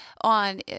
on